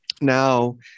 now